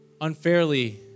unfairly